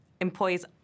employees